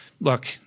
Look